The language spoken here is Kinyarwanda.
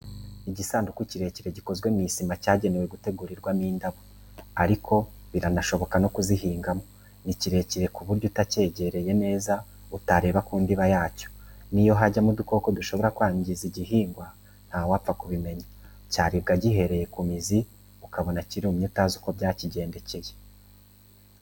Igisanduku kirekire gikozwe mu isima cyagenewe gutegurwamo indabo, ariko birashoboka no kuzihingamo; ni kirekire ku buryo utakegereye neza utareba mu ndiba yacyo, n'iyo hajyamo udukoko dushobora kwangiza igihingwa ntawapfa kubimenya, cyaribwa gihereye ku mizi, ukabona kirumye, utazi uko byakigendekeye.